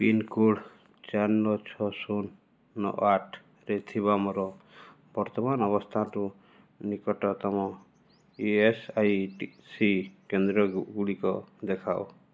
pincode ଚାରି ନଅ ଛଅ ଶୂନ ନଅ ଆଠରେ ଥିବା ମୋର ବର୍ତ୍ତମାନ ଅବସ୍ଥାନଠୁ ନିକଟତମ E S I T C କେନ୍ଦ୍ର ଗୁଡ଼ିକ ଦେଖାଅ